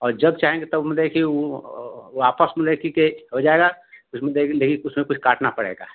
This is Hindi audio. और जब चाहेंगी तब मतलब कि वो वापस मतलब कि के हो जाएगा उसमें देके लिही उसमें कुछ काटना पड़ेगा